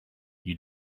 you